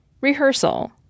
Rehearsal